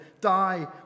die